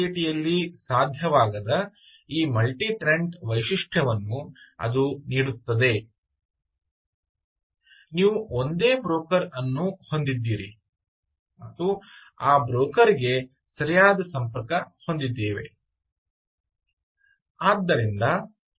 MQTT ಯಲ್ಲಿ ಸಾಧ್ಯವಾಗದ ಈ ಮಲ್ಟಿಟೆನಂಟ್ ವೈಶಿಷ್ಟ್ಯವನ್ನು ಅದು ನೀಡುತ್ತದೆ ನೀವು ಒಂದೇ ಬ್ರೋಕರ್ ಅನ್ನು ಹೊಂದಿದ್ದೀರಿ ಮತ್ತು ಆ ಬ್ರೋಕರ್ ಗೆ ಸರಿಯಾಗಿ ಸಂಪರ್ಕ ಹೊಂದಿದ್ದೇವೆ